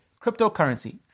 cryptocurrency